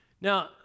now